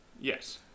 Yes